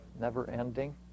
never-ending